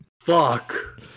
Fuck